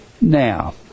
Now